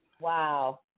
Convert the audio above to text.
Wow